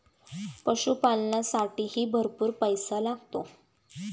पशुपालनालासाठीही भरपूर पैसा लागतो